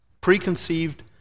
preconceived